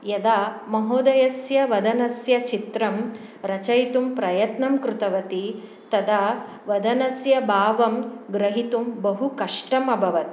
यदा महोदयस्य वदनस्य चित्रं रचयितुं प्रयत्नं कृतवती तदा वदनस्य भावं ग्रहितुं बहु कष्टम् अभवत्